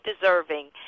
deserving